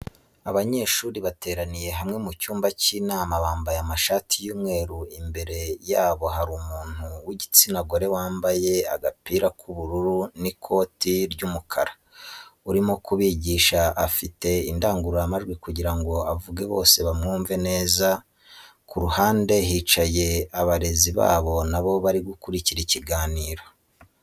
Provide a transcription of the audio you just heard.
Abanyeshuri bateraniye hamwe mu cyumba cy'inama bambaye amashati y'umweru imbere yabo hari umuntu w'igitsina gore wambaye agapira k'ubururu n'ikoti ry'umukara urimo kubigisha afite indangururamajwi kugirango avuge bose bamwumve neza ku ruhande hicaye abarezi babo nabo bari gukurikira ikiganiro.